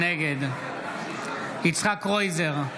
נגד יצחק קרויזר,